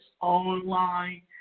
online